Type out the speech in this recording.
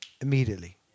immediately